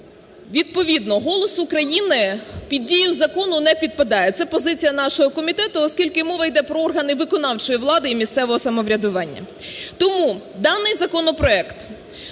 відповідно, "Голос України" під дію закону не підпадає, це позиція нашого комітету, оскільки мова йде про органи виконавчої влади і місцевого самоврядування. Тому даний законопроект